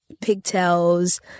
pigtails